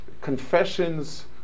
Confessions